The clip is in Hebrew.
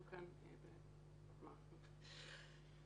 (10)